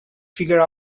figure